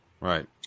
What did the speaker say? Right